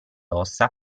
ossa